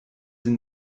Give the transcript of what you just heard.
sie